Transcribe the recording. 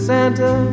Santa